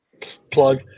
plug